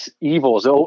evils